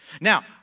Now